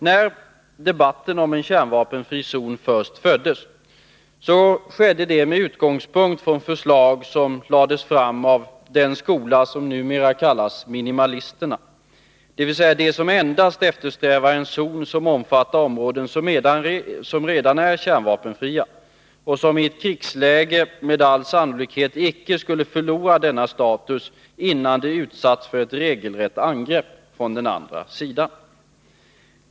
När debatten om en kärnvapenfri zon först föddes skedde det med utgångspunkt i förslag som lades fram av dem som numera kallas minimalister, dvs. de som endast eftersträvar en zon omfattande områden som redan är kärnvapenfria och som i ett krigsläge sannolikt icke skulle förlora sin status förrän de utsatts för ett regelrätt angrepp från den andra sidan.